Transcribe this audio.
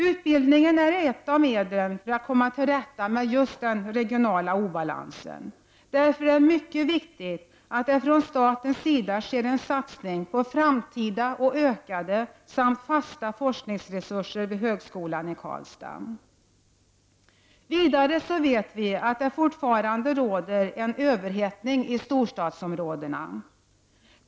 Utbildningen är ett medel när det gäller att komma till rätta med den regionala obalansen. Därför är det mycket viktigt att det från statens sida sker en satsning på framtida ökade samt fasta forskningsresurser vid högskolan i Karlstad. Vidare råder det som bekant fortfarande en överhettning i storstadsområdena.